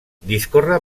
discorre